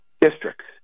districts